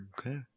Okay